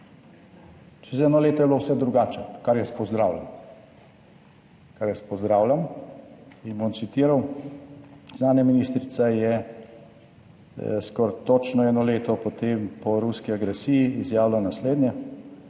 čez eno leto je bilo vse drugače, kar jaz pozdravljam, kar jaz pozdravljam in bom citiral, zunanja ministrica je skoraj točno eno leto potem po ruski agresiji izjavila naslednje: